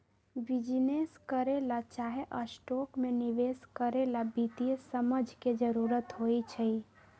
business करे ला चाहे स्टॉक में निवेश करे ला वित्तीय समझ के जरूरत होई छई